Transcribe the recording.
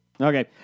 Okay